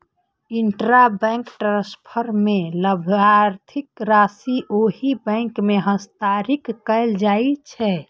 intrabank transfer मे लाभार्थीक राशि ओहि बैंक मे हस्तांतरित कैल जाइ छै